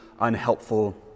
unhelpful